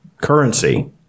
currency